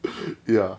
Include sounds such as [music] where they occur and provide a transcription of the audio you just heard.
[laughs] ya